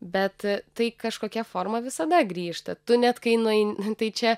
bet tai kažkokia forma visada grįžta tu net kai nuei nu tai čia